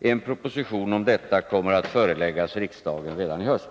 En proposition om detta kommer att föreläggas riksdagen redan i höst.